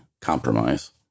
compromise